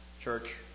church